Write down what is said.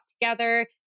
together